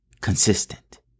consistent